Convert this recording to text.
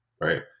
right